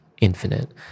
infinite